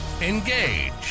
engage